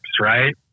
right